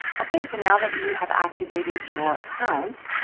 okay, so now that you have activated your account,